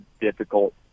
difficult